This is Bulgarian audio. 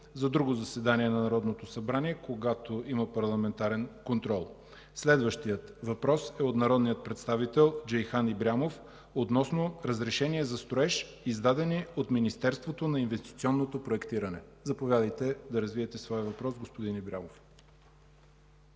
за друго заседание на Народното събрание, когато има парламентарен контрол. Следващият въпрос е от народния представител Джейхан Ибрямов относно разрешения за строеж, издадени от Министерството на инвестиционното проектиране. Заповядайте, за да развиете своя въпрос, господин Ибрямов.